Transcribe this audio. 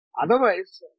Otherwise